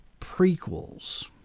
prequels